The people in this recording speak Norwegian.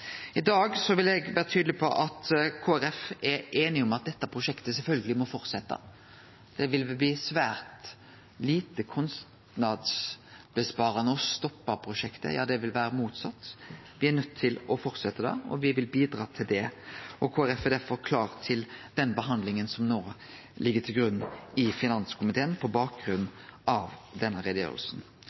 at dette prosjektet sjølvsagt må fortsetje. Det vil bli svært lite kostnadsinnsparande å stoppe prosjektet – ja, det vil vere motsett. Me er nøydde til å fortsetje det, og me vil bidra til det. Kristeleg Folkeparti er derfor klar til den behandlinga som ein no legg til grunn i finanskomiteen på bakgrunn av denne